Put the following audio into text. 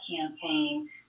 campaign